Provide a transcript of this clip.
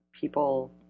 people